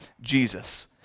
Jesus